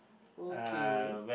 okay